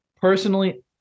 personally